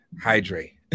hydrate